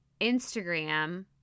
Instagram